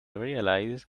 realize